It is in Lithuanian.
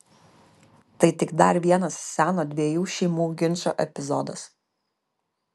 tai tik dar vienas seno dviejų šeimų ginčo epizodas